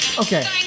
Okay